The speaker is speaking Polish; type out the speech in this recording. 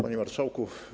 Panie Marszałku!